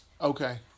Okay